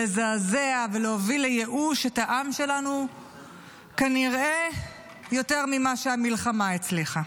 לזעזע ולהוביל לייאוש את העם שלנו כנראה יותר ממה שהמלחמה הצליחה.